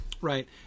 right